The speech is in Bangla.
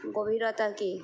গভীরতাকে